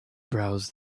browsed